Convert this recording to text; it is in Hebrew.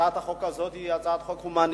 הצעת החוק הזאת היא הצעת חוק הומנית.